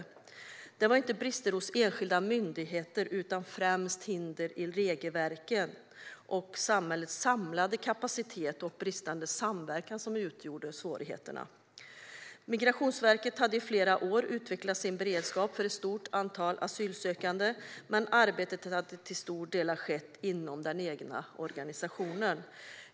Svårigheterna utgjordes inte av brister hos enskilda myndigheter utan berodde främst på hinder i regelverk, brister i samhällets samlade kapacitet och bristande samverkan. Migrationsverket hade i flera år utvecklat sin beredskap för ett stort antal asylsökande, men arbetet hade till stora delar skett inom den egna organisationen.